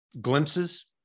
glimpses